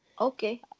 Okay